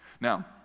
Now